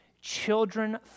Children